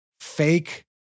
fake